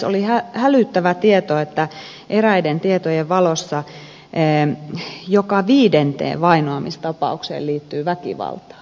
oli hälyttävä tieto että eräiden tietojen valossa joka viidenteen vainoamistapaukseen liittyy väkivaltaa